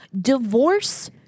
Divorce